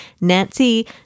Nancy